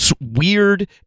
weird